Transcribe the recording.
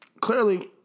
clearly